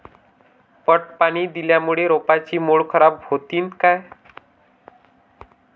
पट पाणी दिल्यामूळे रोपाची मुळ खराब होतीन काय?